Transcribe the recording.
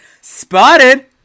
Spotted